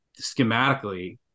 schematically